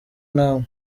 n’amwe